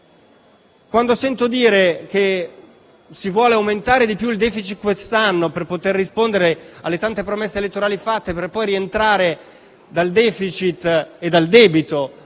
Quando sento dire che si vuole aumentare il *deficit* quest'anno per poter rispondere alle tante promesse elettorali, per poi rientrare dal *deficit* e dal debito